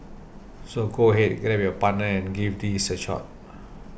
so go ahead grab your partner and give these a shot